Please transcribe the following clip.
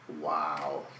Wow